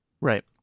Right